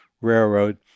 railroad